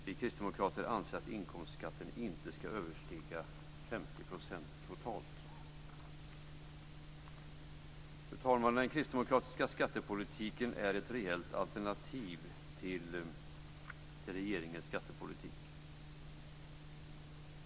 Vi kristdemokrater anser att inkomstskatten inte ska överstiga 50 % totalt. Fru talman! Den kristdemokratiska skattepolitiken är ett reellt alternativ till regeringens skattepolitik.